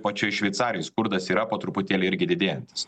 pačioj šveicarijoj skurdas yra po truputėlį irgi didėjantis